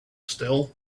still